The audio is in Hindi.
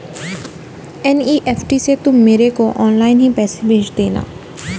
एन.ई.एफ.टी से तुम मेरे को ऑनलाइन ही पैसे भेज देना